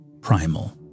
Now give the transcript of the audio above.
primal